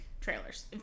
trailers